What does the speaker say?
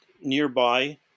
nearby